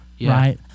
right